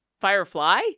Firefly